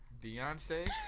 Beyonce